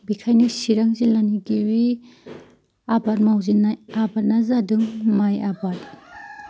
बेनिखायनो चिरां जिल्लानि गिबि आबाद मावजेननाय आबादानो जादों माइ आबाद